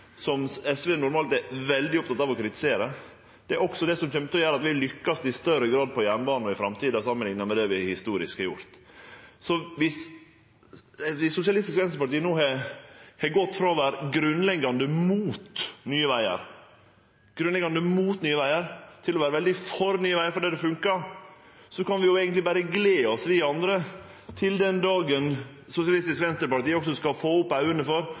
som SV normalt er veldig opptekne av å kritisere, også er det som kjem til å gjere at vi lykkast i større grad på jernbane i framtida, samanlikna med det vi historisk sett har gjort. Så viss SV no har gått frå å vere grunnleggjande mot til å vere veldig for Nye vegar – fordi det funkar – kan vi eigentleg berre glede oss, vi andre, til den dagen SV også får opp auga for